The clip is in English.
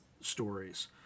stories